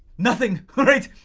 nothing! right.